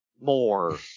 more